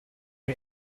are